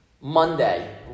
Monday